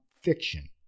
fiction